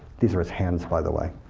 these are his hands, by the way.